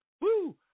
Woo